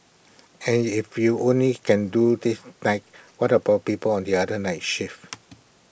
and if you only can do this night what about people on the other night shift